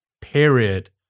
period